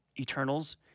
eternals